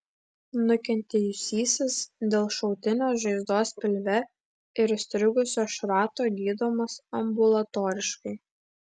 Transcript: nukentėjusysis dėl šautinės žaizdos pilve ir įstrigusio šrato gydomas ambulatoriškai